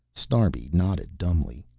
snarbi nodded dumbly.